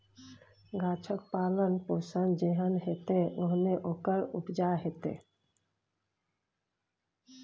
गाछक पालन पोषण जेहन हेतै ओहने ओकर उपजा हेतै